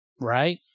right